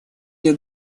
для